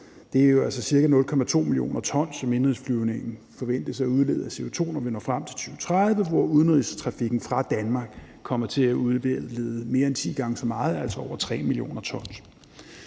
Det er jo altså ca. 0,2 mio. t, indenrigsflyvning forventes at udlede af CO2, når vi når frem de 2030, hvor udenrigstrafikken fra Danmark kommer til at udlede mere end ti gange så meget, altså over 3 mio. t.